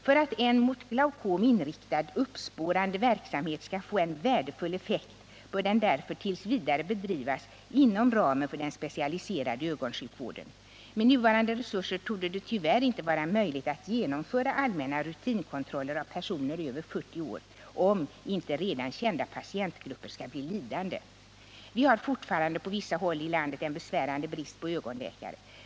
För att en mot glaucom inriktad uppspårande verksamhet skall få en värdefull effekt bör den därför t. v. bedrivas inom ramen för den specialiserade ögonsjukvården. Med nuvarande resurser torde det tyvärr inte vara möjligt att genomföra allmänna rutinkontroller av personer över 40 år, om inte redan kända patientgrupper skall bli lidande. Vi har fortfarande på vissa håll i landet en besvärande brist på ögonläkare.